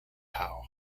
howe